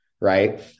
right